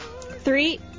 Three